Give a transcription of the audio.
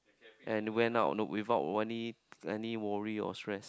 and went out without any any worry or stress